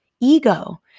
ego